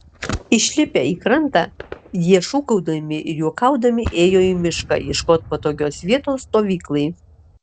išlipę į krantą jie šūkaudami ir juokaudami ėjo į mišką ieškot patogios vietos stovyklai